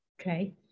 Okay